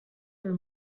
are